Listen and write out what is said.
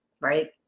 right